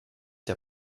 der